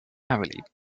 heavily